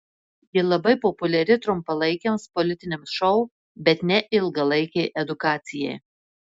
ji labai populiari trumpalaikiams politiniams šou bet ne ilgalaikei edukacijai